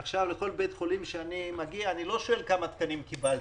עכשיו לכל בית חולים שאני מגיע אני לא שואל כמה תקנים הם קיבלו.